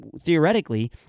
theoretically